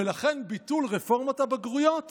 ולכן ביטול רפורמת הבגרויות